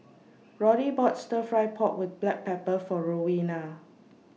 Roddy bought Stir Fry Pork with Black Pepper For Rowena